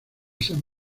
san